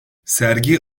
sergi